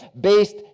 based